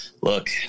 look